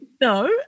No